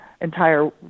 entire